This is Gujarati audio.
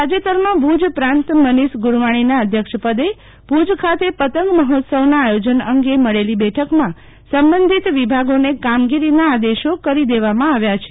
તાજેતરમાં ભુજ પ્રાંત મનીષ ગુરવાણીના અધ્યક્ષપદે ભુજ ખાતે પતંગ મહોત્સવના આયોજન અંગે મળેલી બેઠકમાં સંબંધિત વિભાગોને કામગીરીના આદેશો કરી દેવામાં આવ્યાં છે